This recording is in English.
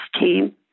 team